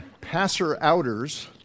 passer-outers